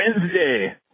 Wednesday